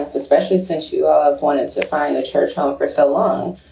especially since you ah ah wanted to find the church held for so long.